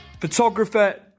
photographer